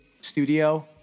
studio